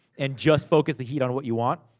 and just focus the heat on what you want.